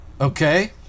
okay